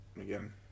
again